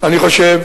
אני חושב